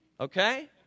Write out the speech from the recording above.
Okay